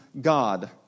God